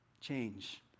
change